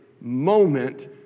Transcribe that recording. moment